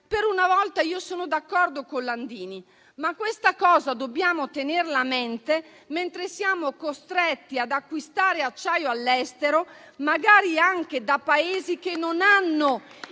per una volta sono d'accordo con lui, ma questa cosa dobbiamo tenerla a mente mentre siamo costretti ad acquistare acciaio all'estero, magari anche da Paesi che non hanno